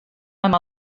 amb